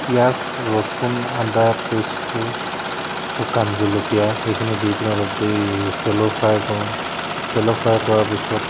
পিঁয়াজ ৰচুন আদা পেষ্টটো শুকান জলকীয়া সেইখিনি দি পিনি অলপ দেৰি চেল' ফ্ৰাই কৰোঁ চেল' ফ্ৰাই কৰাৰ পিছত